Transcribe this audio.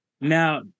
Now